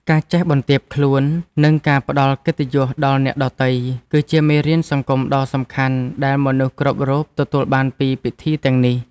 ការចេះបន្ទាបខ្លួន និងការផ្តល់កិត្តិយសដល់អ្នកដទៃ គឺជាមេរៀនសង្គមដ៏សំខាន់ដែលមនុស្សគ្រប់រូបទទួលបានពីពិធីទាំងនេះ។